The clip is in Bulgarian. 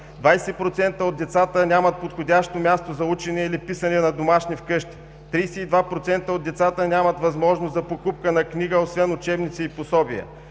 20% от децата нямат подходящо място за учене или писане на домашни вкъщи. 32% от децата нямат възможност за покупка на книга, освен учебници и пособия.